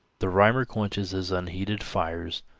the rimer quenches his unheeded fires,